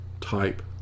type